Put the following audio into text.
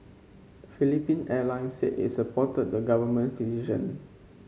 Philippine Airlines said it supported the government's decision